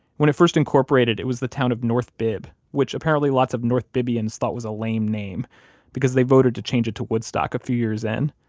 when it first incorporated, it was the town of north bibb, which apparently lots of north bibbians thought was a lame name because they voted to change it to woodstock a few years in.